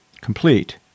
complete